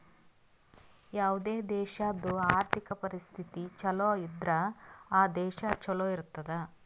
ಯಾವುದೇ ದೇಶಾದು ಆರ್ಥಿಕ್ ಪರಿಸ್ಥಿತಿ ಛಲೋ ಇದ್ದುರ್ ಆ ದೇಶಾ ಛಲೋ ಇರ್ತುದ್